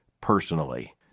personally